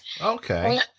Okay